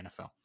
NFL